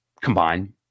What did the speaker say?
combine